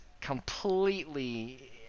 completely